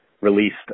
released